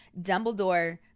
Dumbledore